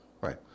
Right